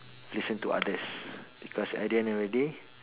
listen to others because at the end of the day